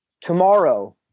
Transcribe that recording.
tomorrow